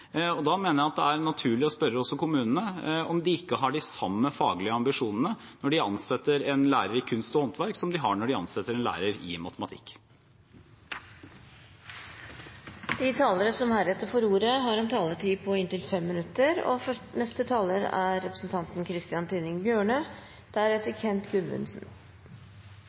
Da mener jeg det er naturlig å spørre kommunene om de ikke har de samme faglige ambisjonene når de ansetter en lærer i kunst og håndverk, som de har når de ansetter en lærer i matematikk. Takk til interpellanten som reiser et viktig spørsmål til debatt. På mange måter er dette en konkretisering og